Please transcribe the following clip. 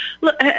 look